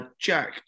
Jack